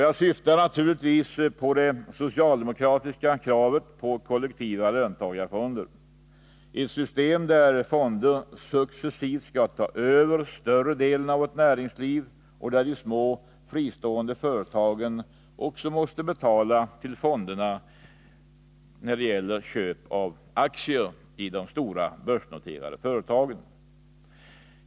Jag syftar naturligtvis på det socialdemokratiska kravet på kollektiva löntagarfonder, ett system där fonder successivt skall ta över större delen av vårt näringsliv och där de små, fristående företagen också måste betala till fondernas köp av aktier i de stora börsnoterade företagen.